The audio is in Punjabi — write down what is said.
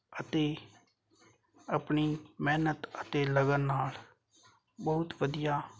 ਅਤੇ ਆਪਣੀ ਮਿਹਨਤ ਅਤੇ ਲਗਨ ਨਾਲ ਬਹੁਤ ਵਧੀਆ